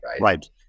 Right